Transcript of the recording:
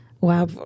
Wow